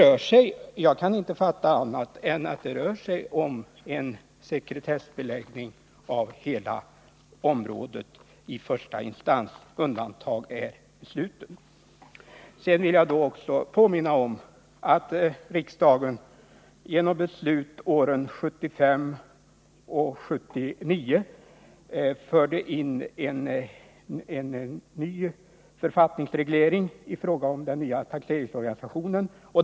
Jag kan inte fatta annat än att det rör sig om en sekretessbeläggning av hela skatteområdet i första instans med undantag för besluten. Jag vill påminna om att riksdagen genom beslut åren 1975 och 1979 genomförde en ny författningsreglering i fråga om den nya taxeringsorganisationen.